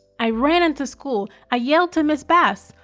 i ran into school. i yelled to miss bass,